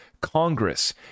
Congress